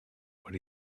what